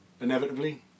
inevitably